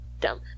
dumb